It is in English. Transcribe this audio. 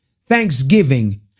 thanksgiving